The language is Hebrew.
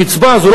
הקצבה הזו,